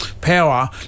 power